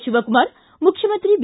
ಶಿವಕುಮಾರ್ ಮುಖ್ಯಮಂತ್ರಿ ಬಿ